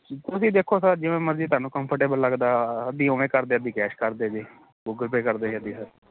ਤੁਸੀਂ ਦੇਖੋ ਸਰ ਜਿਵੇਂ ਤੁਹਾਨੂੰ ਕੰਫਰਟੇਬਲ ਲੱਗਦਾ ਵੀ ਓਮੇ ਕਰ ਦਿਆ ਵੀ ਕੈਸ਼ ਕਰ ਦਿਆ ਜੇ ਗੂਗਲ ਪੇਅ ਕਰਦਿਆ ਜੇ